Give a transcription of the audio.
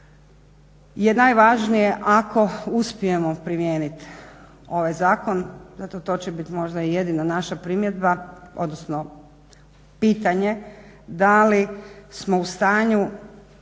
je najvažnije ako uspijemo primijeniti ovaj zakon, eto to će biti možda jedina naša primjedba odnosno pitanje da li smo u stanju